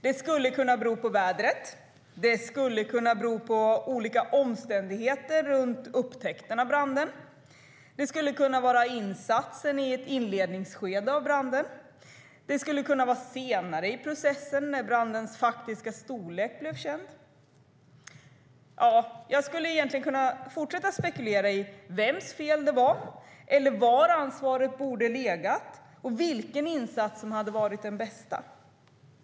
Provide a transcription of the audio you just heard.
Det skulle kunna bero på vädret, på olika omständigheter runt upptäckten av branden, insatsen i brandens inledningsskede eller senare i processen när brandens faktiska storlek blev känd. Jag skulle kunna fortsätta att spekulera i vems fel det var eller var ansvaret borde ha legat och vilken insats som hade varit den bästa.